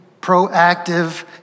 proactive